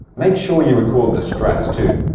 make sure you record the stress, too.